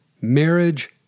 marriage